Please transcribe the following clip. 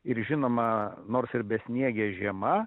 ir žinoma nors ir besniegė žiema